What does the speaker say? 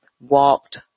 walked